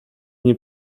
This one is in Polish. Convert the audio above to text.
nie